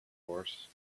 course